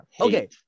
Okay